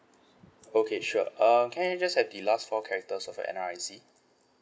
okay sure um can I just have the last four characters of your N_R_I_C